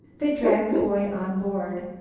they dragged the boy on board.